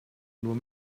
nur